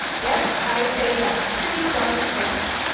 yep i'd say that's pretty darn perfect.